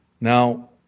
Now